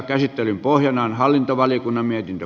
käsittelyn pohjana on hallintovaliokunnan mietintö